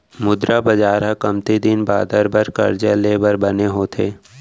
मुद्रा बजार ह कमती दिन बादर बर करजा ले बर बने होथे